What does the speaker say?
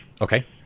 Okay